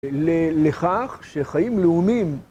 לכך שחיים לאומיים...